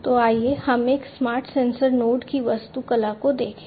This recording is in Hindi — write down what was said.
तो आइए हम एक स्मार्ट सेंसर नोड की वास्तुकला को देखें